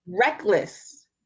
reckless